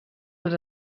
als